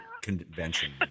convention